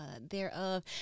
thereof